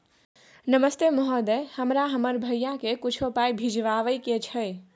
नमस्ते महोदय, हमरा हमर भैया के कुछो पाई भिजवावे के छै?